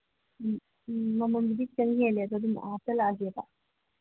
ꯎꯝ ꯃꯃꯟꯕꯨꯗꯤ ꯈꯤꯇꯪ ꯍꯦꯜꯂꯦ ꯑꯗꯨ ꯑꯗꯨꯝ ꯍꯥꯞꯆꯜꯂꯛꯑꯒꯦꯕ